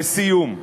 לסיום,